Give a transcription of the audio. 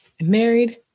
married